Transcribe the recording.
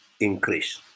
increase